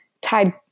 tied